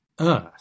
Earth